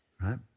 right